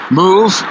move